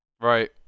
right